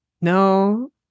no